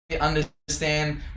Understand